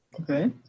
Okay